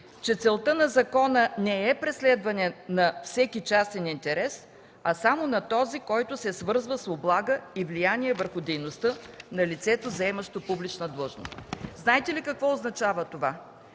че целта на закона не е преследване на всеки частен интерес, а само на този, който се е свързал с облага и влияние върху дейността на лицето, заемащо публична длъжност. Знаете ли какво означава това?